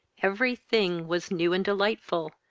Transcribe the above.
every thing was new and delightful,